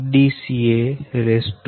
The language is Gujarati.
da'b'